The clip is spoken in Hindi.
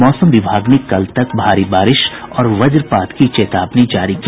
मौसम विभाग ने कल तक भारी बारिश और वज्रपात की चेतावनी जारी की